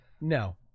No